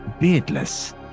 beardless